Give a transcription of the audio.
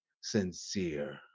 sincere